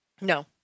No